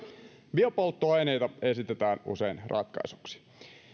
biopolttoaineita esitetään usein ratkaisuksi